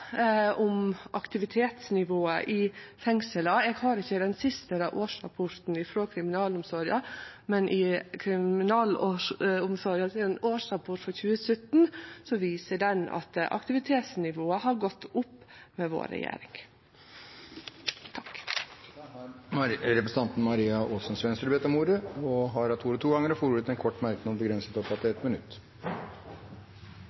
om å redusere byråkrati. Og til Arbeidarpartiet, om aktivitetsnivået i fengsla: Eg har ikkje den siste årsrapporten frå kriminalomsorga, men årsrapporten frå 2017 viser at aktivitetsnivået har gått opp med regjeringa vår. Representanten Maria Aasen-Svensrud har hatt ordet to ganger tidligere og får ordet til en kort merknad, begrenset til